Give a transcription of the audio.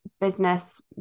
business